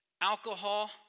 alcohol